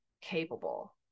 capable